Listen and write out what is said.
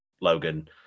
Logan